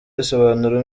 risobanura